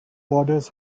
borders